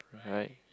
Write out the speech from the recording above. right